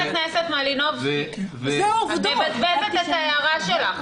חברת הכנסת מלינובסקי, את מבזבזת את ההערה שלך.